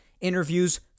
Interviews